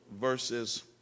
verses